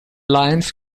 lions